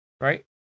Right